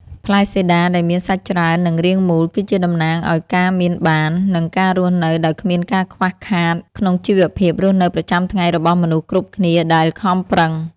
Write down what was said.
ផ្លែសេដាដែលមានសាច់ច្រើននិងរាងមូលគឺជាតំណាងឱ្យការមានបាន និង ការរស់នៅដោយគ្មានការខ្វះខាតក្នុងជីវភាពរស់នៅប្រចាំថ្ងៃរបស់មនុស្សគ្រប់គ្នាដែលខំប្រឹង។